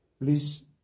please